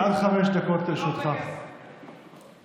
עד חמש דקות לרשותך, בבקשה.